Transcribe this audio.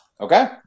okay